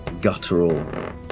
guttural